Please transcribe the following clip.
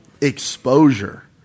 Exposure